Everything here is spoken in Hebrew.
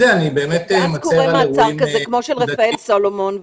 אני באמת מצר על אירועים נקודתיים.